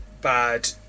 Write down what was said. bad